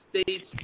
states